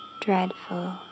dreadful